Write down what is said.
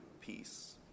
peace